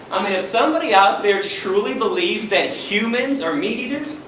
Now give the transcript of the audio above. i mean if somebody out there truly believes that humans are meat eaters.